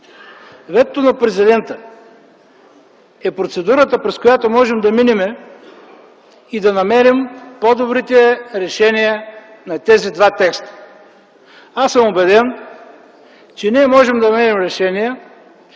ветото на президента е процедурата, през която можем да минем и да намерим по-добрите решения на тези два текста. Аз съм убеден, че ние можем да намерим решения,